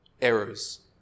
errors